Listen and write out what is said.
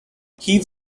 heave